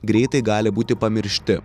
greitai gali būti pamiršti